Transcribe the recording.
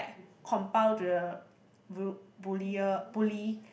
compile the bu~ bullier bully